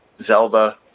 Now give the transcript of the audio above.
Zelda